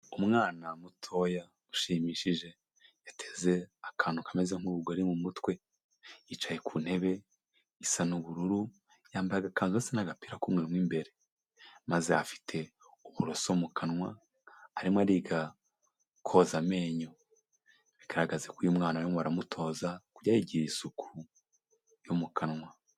Umwana mutoya ushimishije, yateze akantu kameze nk'urugori mu mutwe, yicaye ku ntebe isa n'ubururu, yambaye agakanzu gasa n'agapira k'umweru mo imbere, maze afite uburoso mu kanwa, arimo ariga koza amenyo, bigaragaza ko uyu mwana barimo baramutoza kujya yigirira isuku yo mu kanwa.